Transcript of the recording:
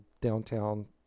downtown